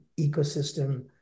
ecosystem